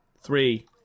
three